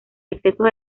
excesos